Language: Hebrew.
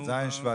טז' שבט,